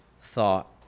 thought